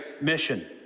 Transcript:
mission